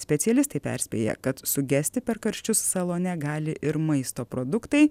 specialistai perspėja kad sugesti per karščius salone gali ir maisto produktai